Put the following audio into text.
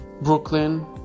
Brooklyn